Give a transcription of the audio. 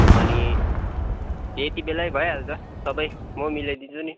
अनि त्यति बेलै भइहाल्छ सबै म मिलाइदिन्छु नि